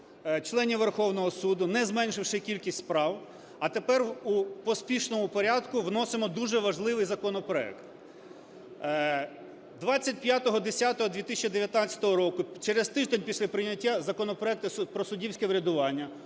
членів Верховного Суду, не зменшивши кількість справ. А тепер у поспішному порядку вносимо дуже важливий законопроект. 25.10.2019 року, через тиждень після прийняття законопроекту про суддівське врядування,